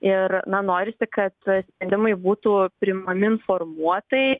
ir na norisi kad sprendimai būtų priimami informuotai